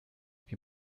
wie